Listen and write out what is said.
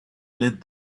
led